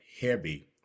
heavy